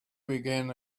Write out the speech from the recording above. began